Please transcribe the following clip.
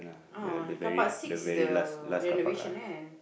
ah carpark six is the renovation one